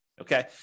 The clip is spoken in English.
Okay